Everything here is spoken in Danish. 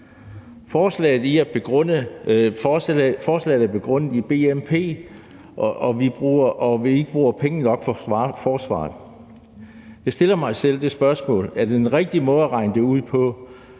Forslaget er begrundet i bnp, i forhold til at vi ikke bruger nok på forsvaret. Jeg stiller mig selv det spørgsmål: Er det den rigtige måde at regne det ud på?